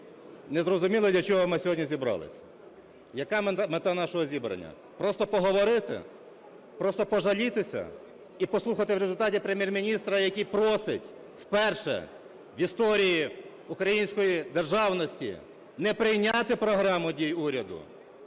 не зрозуміли, для чого ми сьогодні зібралися, яка мета нашого зібрання – просто поговорити, просто пожалітися і послухати в результаті Прем’єр-міністра, який просить вперше в історії української державності не прийняти програму дій уряду,